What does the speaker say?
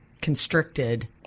constricted